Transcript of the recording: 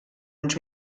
uns